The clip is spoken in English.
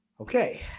Okay